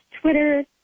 Twitter